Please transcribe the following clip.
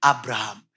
Abraham